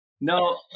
No